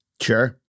Sure